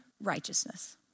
righteousness